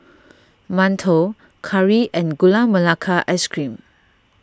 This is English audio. Mantou Curry and Gula Melaka Ice Cream